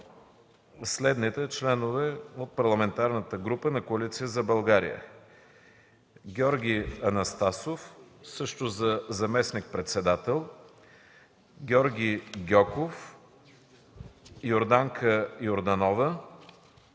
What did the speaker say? следните членове от Парламентарната група на Коалиция за България: Георги Анастасов – и за заместник-председател, Георги Гьоков, Йорданка Йорданова,